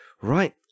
Right